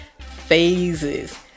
phases